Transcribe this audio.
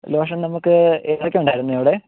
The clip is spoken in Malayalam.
ലോഷൻ നമുക്ക് ഏതൊക്കെ ഉണ്ടായിരുന്നു അവിടെ